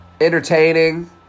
entertaining